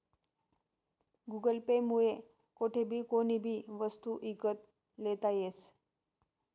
Google Pay मुये कोठेबी कोणीबी वस्तू ईकत लेता यस